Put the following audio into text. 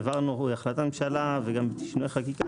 העברנו החלטת ממשלה וגם שינויי חקיקה